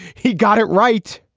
he got it right.